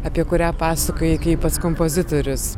apie kurią pasakojai kai pats kompozitorius